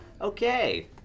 Okay